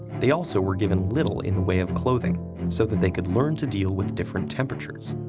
they also were given little in the way of clothing so that they could learn to deal with different temperatures.